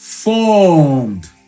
formed